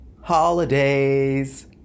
holidays